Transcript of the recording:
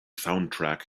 soundtrack